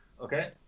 okay